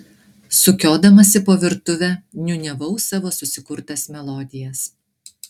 sukiodamasi po virtuvę niūniavau savo susikurtas melodijas